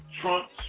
Trump